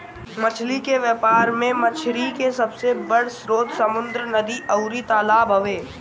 मछली के व्यापार में मछरी के सबसे बड़ स्रोत समुंद्र, नदी अउरी तालाब हवे